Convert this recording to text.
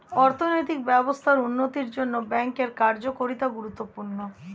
অর্থনৈতিক ব্যবস্থার উন্নতির জন্যে ব্যাঙ্কের কার্যকারিতা গুরুত্বপূর্ণ